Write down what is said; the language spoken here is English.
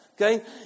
okay